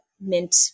mint